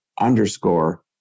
underscore